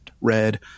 red